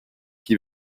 qui